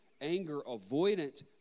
Anger-avoidant